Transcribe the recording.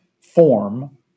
form